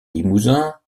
limousin